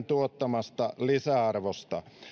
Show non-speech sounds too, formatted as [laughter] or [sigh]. [unintelligible] tuottamasta lisäarvosta